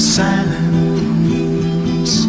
silence